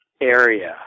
area